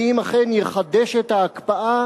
ואם אכן הוא יחדש את ההקפאה